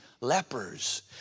Lepers